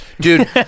Dude